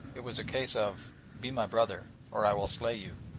it was a case of be my brother, or i will slay you.